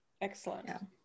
excellent